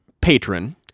patron